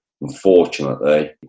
Unfortunately